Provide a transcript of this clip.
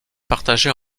partagée